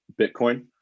Bitcoin